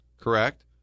correct